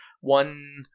one